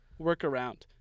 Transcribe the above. workaround